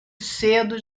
cedo